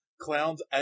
Clowns